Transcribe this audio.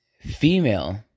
female